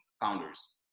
founders